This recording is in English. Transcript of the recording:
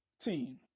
team